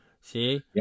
See